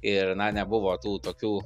ir na nebuvo tų tokių